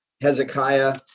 Hezekiah